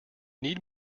need